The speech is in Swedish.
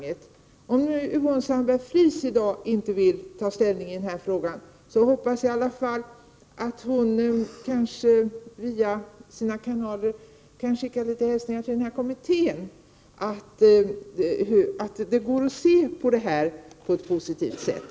Även om Yvonne Sandberg-Fries inte vill ta ställning i frågan i dag, hoppas jag att hon kanske via sina kanaler kan skicka en hälsning till kommittén om att det går att hantera detta på ett positivt sätt.